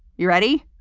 you ready?